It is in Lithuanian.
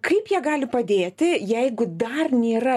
kaip jie gali padėti jeigu dar nėra